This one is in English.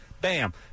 Bam